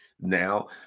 Now